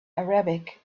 arabic